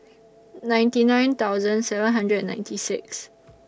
ninety nine thousand seven hundred and ninety six